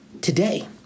today